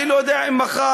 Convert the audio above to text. אני לא יודע אם מחר,